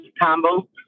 combo